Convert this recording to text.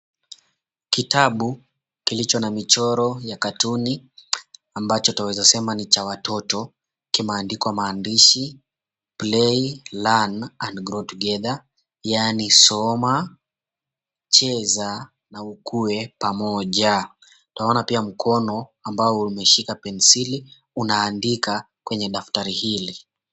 Kitabu kilicho na michoro ya katuni ambacho twaweza sema ni cha watoto kimeandikwa maandishi 'Play Learn And Grow Together' yaani soma, cheza na ukue pamoja. Utaona pia mkono ambao umeshika pensili unaandika kwenye daftari hili.